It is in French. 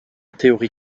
théorie